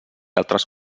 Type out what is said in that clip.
altres